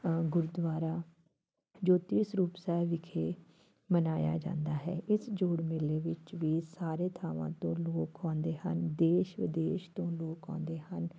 ਗੁਰਦੁਆਰਾ ਜੋਤੀ ਸਰੂਪ ਸਾਹਿਬ ਵਿਖੇ ਮਨਾਇਆ ਜਾਂਦਾ ਹੈ ਇਸ ਜੋੜ ਮੇਲੇ ਵਿੱਚ ਵੀ ਸਾਰੇ ਥਾਵਾਂ ਤੋਂ ਲੋਕ ਆਉਂਦੇ ਹਨ ਦੇਸ਼ ਵਿਦੇਸ਼ ਤੋਂ ਲੋਕ ਆਉਂਦੇ ਹਨ